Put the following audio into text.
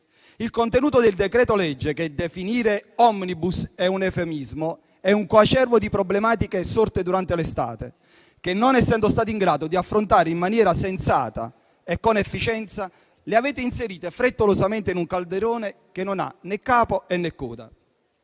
Il contenuto del decreto-legge, che definire *omnibus* è un eufemismo, è un coacervo di problematiche sorte durante l'estate che, non essendo stati in grado di affrontare in maniera sensata e con efficienza, avete inserito frettolosamente in un calderone che non ha né capo né coda.